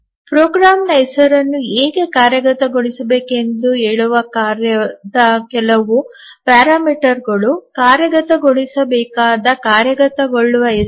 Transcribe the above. ಪ್ರೋಗ್ರಾಂನ ಹೆಸರನ್ನು ಹೇಗೆ ಕಾರ್ಯಗತಗೊಳಿಸಬೇಕು ಎಂದು ಹೇಳುವ ಕಾರ್ಯದ ಕೆಲವು ನಿಯತಾಂಕಗಳು ಕಾರ್ಯಗತಗೊಳಿಸಬೇಕಾದ ಕಾರ್ಯಗತಗೊಳ್ಳುವ ಹೆಸರು